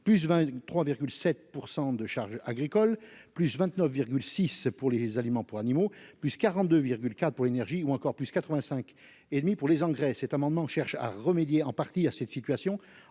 plus 23 7 %% de charges agricole, plus 29,6 pour les aliments pour animaux puissent 42 4 pour l'énergie ou encore plus 85 et demi pour les engrais cet amendement cherche à remédier en partie à cette situation